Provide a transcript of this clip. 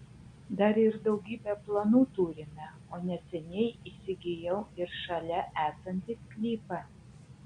dar ir daugybę planų turime o neseniai įsigijau ir šalia esantį sklypą